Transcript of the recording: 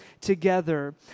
together